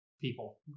people